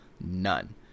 None